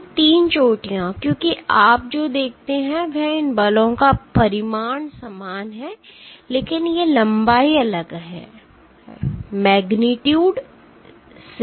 तो 3 चोटियां क्योंकि आप जो देखते हैं वह इन बलों का परिमाण समान है लेकिन ये लंबाई अलग हैं